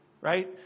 Right